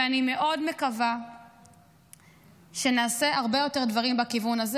ואני מאוד מקווה שנעשה הרבה יותר דברים בכיוון הזה.